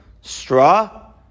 Straw